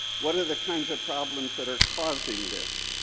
what are the kinds of problems that are causing this.